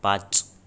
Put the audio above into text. पाच